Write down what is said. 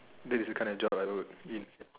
that is a colour jaw by wood